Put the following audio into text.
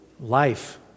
life